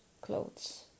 clothes